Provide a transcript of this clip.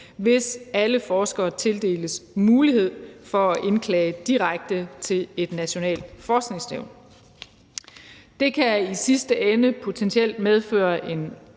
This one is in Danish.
hvis alle forskere tildeles mulighed for at indklage direkte til et nationalt forskningsnævn. Det kan i sidste ende potentielt medføre en